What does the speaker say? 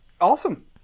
Awesome